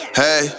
hey